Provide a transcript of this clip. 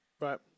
Right